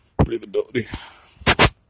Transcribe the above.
Breathability